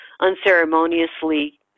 unceremoniously